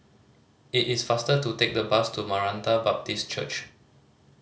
it is faster to take the bus to Maranatha Baptist Church